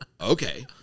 okay